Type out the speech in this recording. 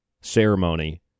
ceremony